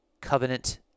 covenant